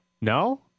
No